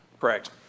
Correct